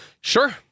sure